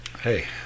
hey